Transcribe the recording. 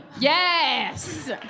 Yes